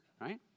right